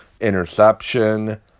interception